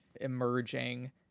emerging